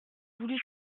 voulu